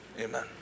Amen